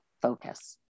focus